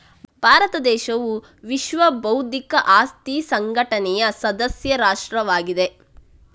ಭಾರತ ದೇಶವು ವಿಶ್ವ ಬೌದ್ಧಿಕ ಆಸ್ತಿ ಸಂಘಟನೆಯ ಸದಸ್ಯ ರಾಷ್ಟ್ರವಾಗಿದೆ